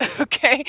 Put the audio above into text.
okay